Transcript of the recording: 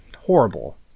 horrible